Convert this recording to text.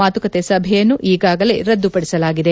ಮಾತುಕತೆ ಸಭೆಯನ್ನು ಈಗಾಗಲೇ ರದ್ದುಪಡಿಸಲಾಗಿದೆ